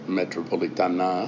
metropolitana